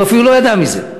והוא אפילו לא ידע מזה,